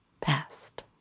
past